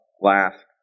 last